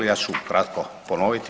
Ja ću ukratko ponoviti.